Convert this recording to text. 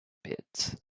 pits